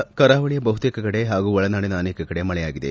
ರಾಜ್ಣದ ಕರಾವಳಿಯ ಬಹುತೇಕ ಕಡೆ ಹಾಗೂ ಒಳನಾಡಿನ ಅನೇಕ ಕಡೆ ಮಳೆಯಾಗಿದೆ